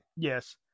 Yes